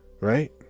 right